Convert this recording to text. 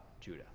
Judah